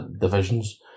divisions